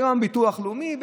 היה ביטוח לאומי,